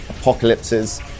apocalypses